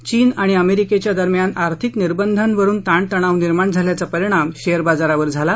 चीन आणि अमेरिकेदरम्यान आथ्रिक निर्बंधांवरून ताणतणाव निर्माण झाल्याचा परिणाम शेअर बाजरावर झाला